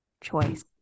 choice